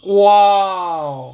!wow!